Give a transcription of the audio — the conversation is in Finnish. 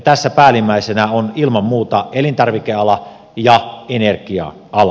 tässä päällimmäisenä on ilman muuta elintarvikeala ja energia ala